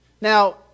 Now